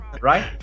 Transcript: Right